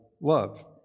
love